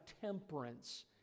temperance